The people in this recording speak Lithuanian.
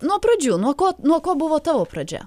nuo pradžių nuo ko nuo ko buvo tavo pradžia